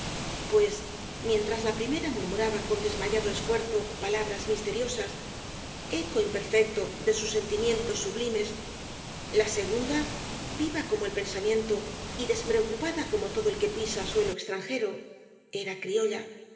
pues mientras la primera murmuraba con desmayado esfuerzo palabras misteriosas eco imperfecto de sus sentimientos sublimes la segunda viva como el pensamiento y despreocupada como todo el que pisa suelo extranjero era criolla no